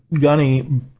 gunny